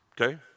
okay